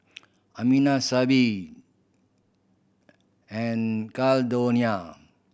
Amina Sibbie and Caldonia